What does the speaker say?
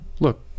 Look